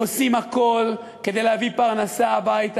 עושים הכול כדי להביא פרנסה הביתה,